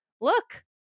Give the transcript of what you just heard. look